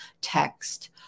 text